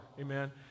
Amen